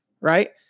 right